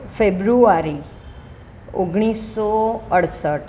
ફેબ્રુઆરી ઓગણીસસો અડસઠ